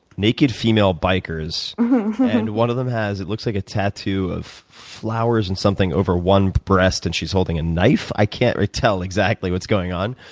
naked female bikers. mm-hmm. and one of them has it looks like tattoo of flowers and something over one breast and she's holding a knife? i can't tell exactly what's going on.